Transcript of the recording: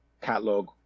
catalog